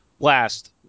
Last